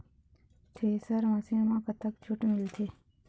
Thresher machine म कतक छूट मिलथे?